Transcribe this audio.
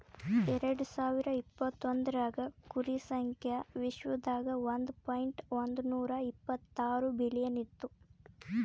ಎರಡು ಸಾವಿರ ಇಪತ್ತೊಂದರಾಗ್ ಕುರಿ ಸಂಖ್ಯಾ ವಿಶ್ವದಾಗ್ ಒಂದ್ ಪಾಯಿಂಟ್ ಒಂದ್ನೂರಾ ಇಪ್ಪತ್ತಾರು ಬಿಲಿಯನ್ ಇತ್ತು